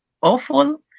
awful